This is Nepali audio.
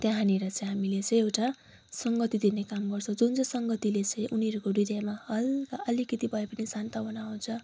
त्यहाँनिर चाहिँ हामीले चाहिँ एउटा संगति दिने काम गर्छौँ जुन चाहिँ संगतिले चाहिँ उनीहरूको हृदयमा हल्का अलिकति भए पनि सान्त्वना आउँछ